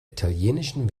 italienischen